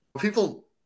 people